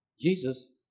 Jesus